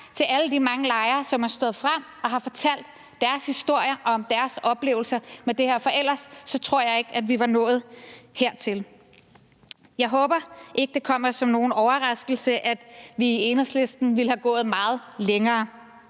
til alle de mange lejere, som er stået frem og har fortalt deres historie om deres oplevelser med det her, for ellers tror jeg ikke, vi var nået hertil. Jeg håber ikke, at det kommer som nogen overraskelse, at vi i Enhedslisten ville være gået meget længere.